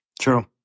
true